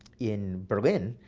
in berlin,